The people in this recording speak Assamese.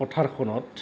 পথাৰখনত